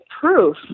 proof